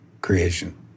creation